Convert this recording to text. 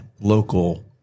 local